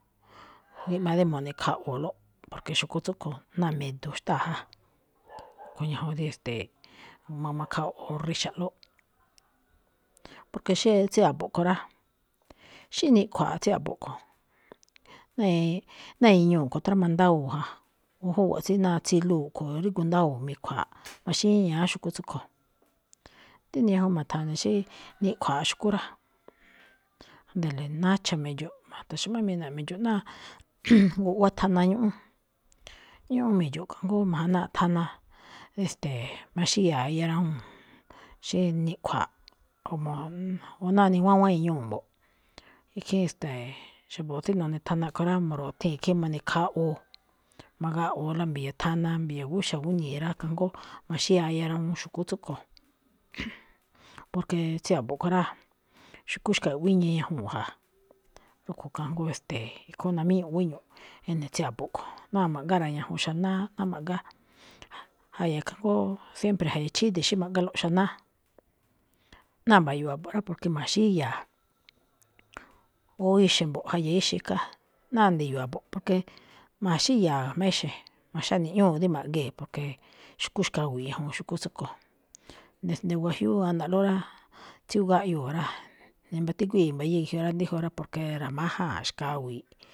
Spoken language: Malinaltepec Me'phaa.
gíꞌmaa rí mo̱ꞌne̱khaꞌu̱ulóꞌ, porque xu̱kú tsúꞌkho̱ náa me̱do̱ xtáa̱ ja. rúꞌkho̱ ñajuun, ste̱e̱, ma̱-ma̱gu̱makhaꞌwu̱u riꞌxa̱ꞌlóꞌ, porque xí tsí a̱bo̱ꞌ ꞌkho̱ rá, xí niꞌkhua̱a̱ꞌ tsí a̱bo̱ꞌ ꞌkho̱, náa iñuu̱ ꞌkho̱ tráma ndáwóo̱ ja. Júwa̱ꞌ tsí náa tsiluu ꞌkho̱ rígú ndáwóo̱, mi̱khua̱a̱ꞌ, maxíñaá xu̱kú tsúꞌkho̱. Díni ñajuun ma̱tha̱ne̱ xí niꞌkhua̱a̱ꞌ xu̱kú rá, ándale, nacha̱ mi̱dxo̱ꞌ, ma̱ta̱xu̱ꞌmámina̱ꞌ mi̱dxo̱ꞌ náa guꞌwá thana ñúꞌún. Ñúꞌún mi̱dxo̱ꞌ kajngó ma̱janáaꞌ thana, e̱ste̱e̱, maxíya̱a̱ iya rawuun, xí niꞌkhua̱a̱ꞌ, o ná niwáwán iñuu̱ mbo̱ꞌ, ikhín, ste̱e̱, xa̱bo̱ tsí nune̱thana ꞌkho̱ rá, mu̱ru̱thii̱n ikhín, mone̱khaꞌwuu̱, ma̱gaꞌu̱u la mbi̱ya̱ thana, mbi̱ya̱ gúxa̱ gúni̱i̱ rá, kajngó maxíya̱a̱ iya rawuun xu̱kú tsúꞌkho̱. porque tsí a̱bo̱ ꞌkho̱ rá, xu̱kú xkawi̱i̱ꞌ wíñii ñajuu̱n ja. Rúꞌkho̱ kangó, e̱ste̱e̱, ikhúún namíñuꞌ guíñuꞌ ene̱ tsí a̱bo̱ ꞌkho̱. náa ma̱ꞌgára̱ñajun xanáá, ná ma̱ꞌgá, ja̱ya̱ kajngóo siempre ja̱ya̱ chíde̱, xí ma̱ꞌgálo̱ꞌ xanáá. Náa mba̱yo̱o̱ a̱bo̱ꞌ rá, porque ma̱xíya̱a̱, o ixe̱ mbo̱ꞌ, ja̱ya̱ ixe̱ ika náa ndi̱yo̱o̱ a̱bo̱ꞌ, porque ma̱xíya̱a̱ jma̱á exe̱, ma̱xáni̱ꞌñúu̱ dí ma̱ꞌgee̱, porque xu̱kú xkawi̱i̱ꞌ ñajuun xu̱kú tsúꞌkho̱. Desde wajyúú ana̱ꞌlóꞌ rá, tsíyoo gáꞌyoo̱ rá, nimbatíguíi̱ mbayíí ge̱jyoꞌ rá. Díjun rá, porque ra̱májáa̱n, xkawi̱i̱ꞌ.